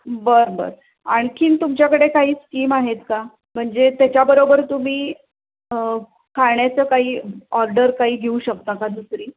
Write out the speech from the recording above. बरं बरं आणखीन तुमच्याकडे काही स्कीम आहेत का म्हणजे त्याच्याबरोबर तुम्ही खाण्याचं काही ऑर्डर काही घेऊ शकता का दुसरी